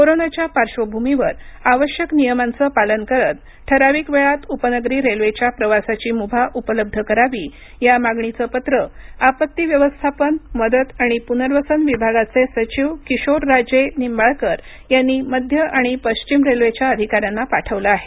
कोरोनाच्या पार्श्वभूमीवर आवश्यक नियमांचं पालन करत ठराविक वेळात उपनगरी रेल्वेच्या प्रवासाची मुभा उपलब्ध करावी या मागणीचं पत्र आपत्ती व्यवस्थापन मदत आणि पुनर्वसन विभागाचे सचिव किशोरराजे निंबाळकर यांनी मध्य आणि पश्चिम रेल्वेच्या अधिकाऱ्यांना पाठवलं आहे